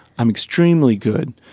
i'm extremely good.